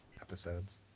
episodes